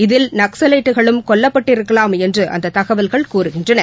இதில் நக்சவைட்டுகளும் கொல்லப்பட்டிருக்கலாம் என்றுஅந்ததகவல்கள் கூறுகின்றன